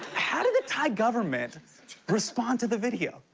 how did the thai government respond to the video?